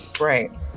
Right